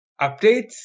updates